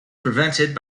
prevented